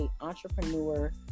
entrepreneur